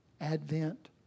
Advent